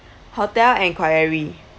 hotel inquiry